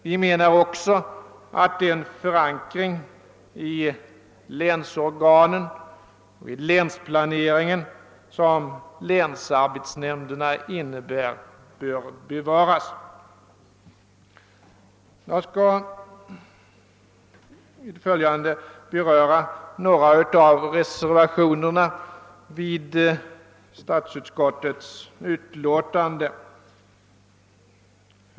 Vi anser också att den förankring i länsorganen och i länsplaneringen som länsarbetsnämnderna innebär bör behållas. Jag skall i det följande beröra några av reservationerna vid statsutskottets utlåtande nr 54.